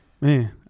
Man